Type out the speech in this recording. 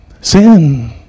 Sin